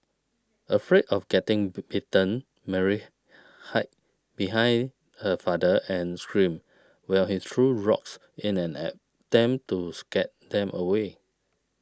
afraid of getting bitten Mary hid behind her father and screamed while he threw rocks in an attempt to scare them away